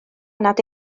nad